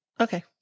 okay